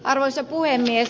arvoisa puhemies